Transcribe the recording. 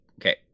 Okay